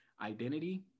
identity